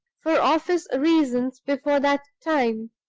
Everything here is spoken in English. for office reasons, before that time.